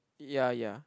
yea yea